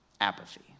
Apathy